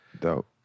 Dope